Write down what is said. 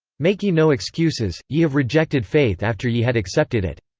make ye no excuses ye have rejected faith after ye had accepted it.